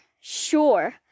sure